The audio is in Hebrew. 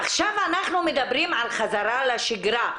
עכשיו אנחנו מדברים על חזרה לשגרה.